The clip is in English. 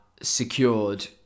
secured